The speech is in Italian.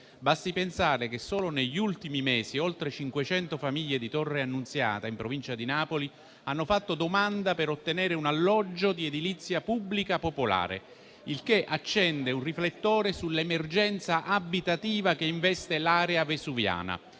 Basti pensare che, solo negli ultimi mesi, oltre 500 famiglie di Torre Annunziata, in provincia di Napoli, hanno fatto domanda per ottenere un alloggio di edilizia pubblica popolare, il che accende un riflettore sull'emergenza abitativa che investe l'area vesuviana.